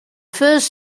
first